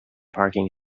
parking